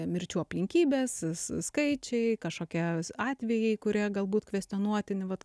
mirčių aplinkybės skaičiai kažkokie atvejai kurie galbūt kvestionuotini vat